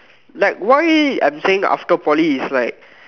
like why I'm saying after Poly is like